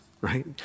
right